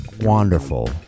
wonderful